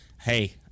hey